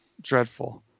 dreadful